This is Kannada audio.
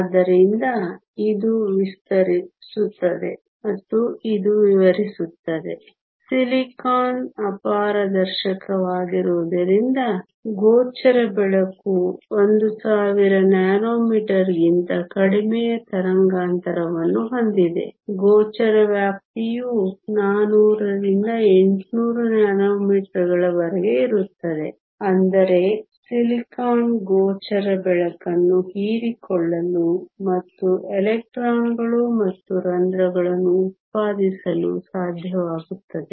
ಆದ್ದರಿಂದ ಇದು ವಿವರಿಸುತ್ತದೆ ಸಿಲಿಕಾನ್ ಅಪಾರದರ್ಶಕವಾಗಿರುವುದರಿಂದ ಗೋಚರ ಬೆಳಕು 1000 ನ್ಯಾನೊಮೀಟರ್ಗಳಿಗಿಂತ ಕಡಿಮೆ ತರಂಗಾಂತರವನ್ನು ಹೊಂದಿದೆ ಗೋಚರ ವ್ಯಾಪ್ತಿಯು 400 ರಿಂದ 800 ನ್ಯಾನೊಮೀಟರ್ಗಳವರೆಗೆ ಇರುತ್ತದೆ ಅಂದರೆ ಸಿಲಿಕಾನ್ ಗೋಚರ ಬೆಳಕನ್ನು ಹೀರಿಕೊಳ್ಳಲು ಮತ್ತು ಎಲೆಕ್ಟ್ರಾನ್ಗಳು ಮತ್ತು ರಂಧ್ರಗಳನ್ನು ಉತ್ಪಾದಿಸಲು ಸಾಧ್ಯವಾಗುತ್ತದೆ